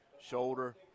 shoulder